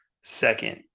second